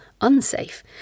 unsafe